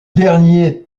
dernier